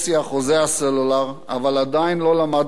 באחוזי הסלולר, אבל עדיין לא למדנו לקרוא אותן,